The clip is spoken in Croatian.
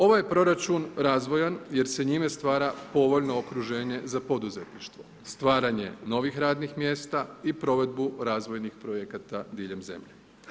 Ovaj je proračun razvojan jer se njime stvara povoljno okruženje za poduzetništvo, stvaranje novih radnih mjesta i provedbu razvojnih projekata diljem zemlje.